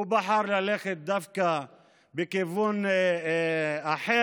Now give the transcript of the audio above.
והוא בחר ללכת דווקא בכיוון אחר.